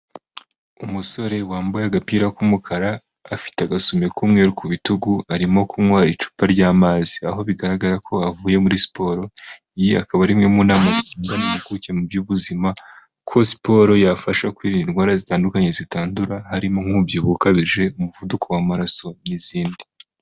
Umusore wambaye agapira k'umukara, afite agasume k'umweru ku bitugu, arimo kunywa icupa ry'amazi. Aho bigaragara ko avuye muri siporo, iyi akaba ari imwe mu nama zitangwa n'impuguke mu by'ubuzima, ko siporo yafasha kwirinda indwara zitandukanye zitandura, harimo nk'umubyibuho ukabije, umuvuduko w'amaraso, n'izindi.